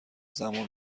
زمان